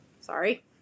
sorry